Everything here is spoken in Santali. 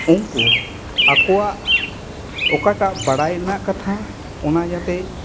ᱩᱱᱠᱩ ᱟᱠᱚᱣᱟᱜ ᱚᱠᱟᱴᱟᱜ ᱵᱟᱲᱟᱭ ᱨᱮᱱᱟᱜ ᱠᱟᱛᱷᱟ ᱚᱱᱟ ᱡᱟᱛᱮ